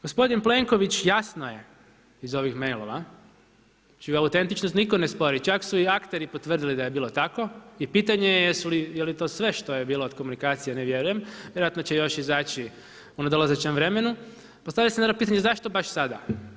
Gospodin Plenković jasno je iz ovih mailova, znači ovu autentičnost niko ne spori, čak su i akteri potvrdili da je bilo tako i pitanje je jeli to sve što je bilo od komunikacije, ne vjerujem, vjerojatno će još izaći u nadolazećem vremenu. postavlja se pitanje zašto baš sada?